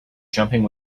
jumping